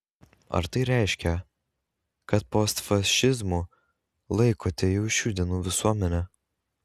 ar tai reiškia kad postfašizmu laikote jau šių dienų visuomenę